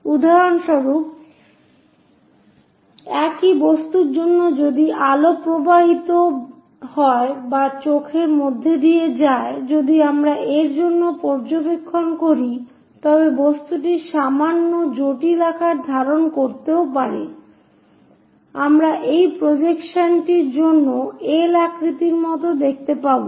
উদাহরণস্বরূপ একই বস্তুর জন্য যদি আলো প্রবাহিত হয় বা চোখের মধ্য দিয়ে যায় যদি আমরা এর জন্য পর্যবেক্ষণ করি তবে বস্তুটি সামান্য জটিল আকার ধারণ করতেও পারে আমরা সেই প্রজেকশনটির জন্য L আকৃতির মতই দেখতে পাবো